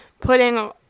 putting